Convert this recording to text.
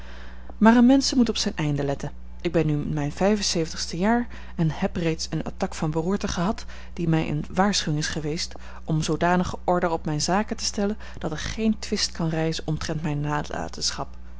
maar een mensen moet op zijn einde letten ik ben nu in mijn vijf en zeventigste jaar en heb reeds eene attaque van beroerte gehad die mij eene waarschuwing is geweest om zoodanige order op mijne zaken te stellen dat er geene twist kan rijzen omtrent mijne nalatenschap